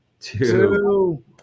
Two